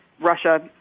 Russia